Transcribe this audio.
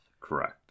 Correct